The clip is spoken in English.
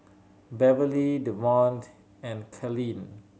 Beverly Devonte and Kalene